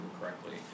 correctly